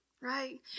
right